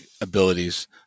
abilities